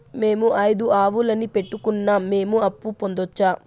మేము ఐదు ఆవులని పెట్టుకున్నాం, మేము అప్పు పొందొచ్చా